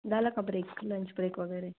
झाला का break lunch break वगैरे